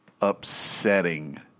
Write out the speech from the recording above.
upsetting